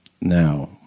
Now